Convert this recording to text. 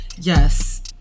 Yes